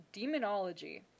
demonology